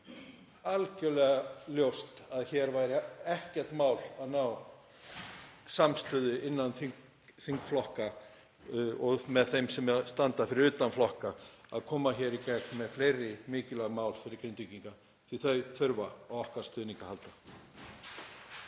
algerlega ljóst að hér væri ekkert mál að ná samstöðu innan þingflokka og með þeim sem standa fyrir utan flokka að koma í gegn fleiri mikilvægum málum fyrir Grindvíkinga því þau þurfa á okkar stuðningi að halda.